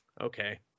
okay